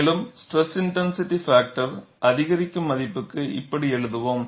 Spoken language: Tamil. மேலும் ஸ்ட்ரெஸ் இன்டென்சிட்டி பாக்டர் அதிகரிக்கும் மதிப்புக்கு இப்படி எழுதுவோம்